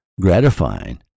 gratifying